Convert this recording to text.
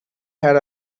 had